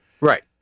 Right